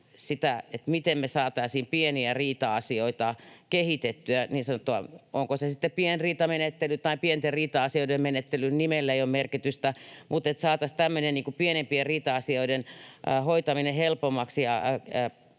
miten me saataisiin pieniä riita-asioita kehitettyä: onko se sitten niin sanottu pienriitamenettely tai pienten riita-asioiden menettely, nimellä ei ole merkitystä, mutta että saataisiin tämmöinen pienempien riita-asioiden hoitaminen helpommaksi